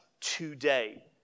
today